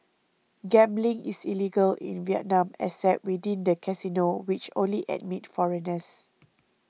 gambling is illegal in Vietnam except within the casinos which only admit foreigners